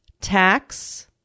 Tax